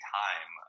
time